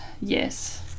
Yes